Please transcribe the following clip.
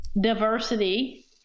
diversity